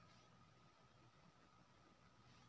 Sir, हमर पैसा कखन पहुंचतै?